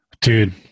Dude